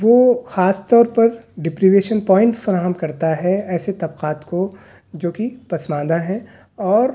وہ خاص طور پر ڈپرویشن پوانٹ فراہم کرتا ہے ایسے طبقات کو جو کہ پسماندہ ہیں اور